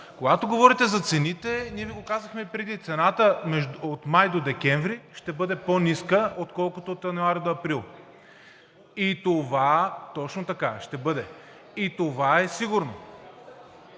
Когато говорите за цените, ние Ви го казахме и преди, цената от май до декември ще бъде по-ниска, отколкото от януари до април и това... (Реплика.) Точно така, ще бъде. И това е сигурно.